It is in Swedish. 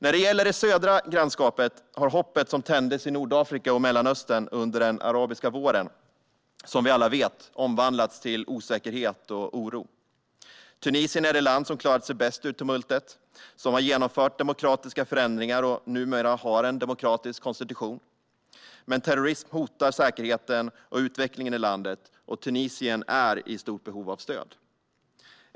När det gäller det södra grannskapet har hoppet som tändes i Nordafrika och Mellanöstern under den arabiska våren som vi alla vet omvandlats till osäkerhet och oro. Tunisien är det land som klarat sig bäst ur tumultet, som har genomfört demokratiska förändringar och numera har en demokratisk konstitution. Men terrorism hotar säkerheten och utvecklingen i landet, och Tunisien är i stort behov av stöd.